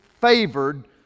favored